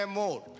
more